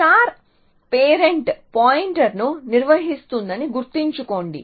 star parent పాయింటర్ను నిర్వహిస్తుందని గుర్తుంచుకోండి